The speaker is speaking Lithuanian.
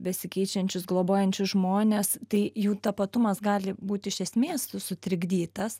besikeičiančius globojančius žmones tai jų tapatumas gali būt iš esmės sutrikdytas